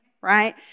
right